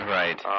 right